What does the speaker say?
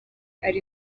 ari